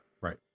right